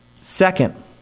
Second